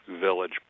Village